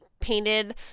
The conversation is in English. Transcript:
painted